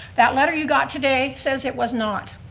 that letter you got today says it was not,